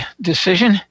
decision